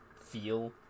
feel